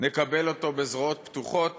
נקבל אותו בזרועות פתוחות